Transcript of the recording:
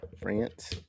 France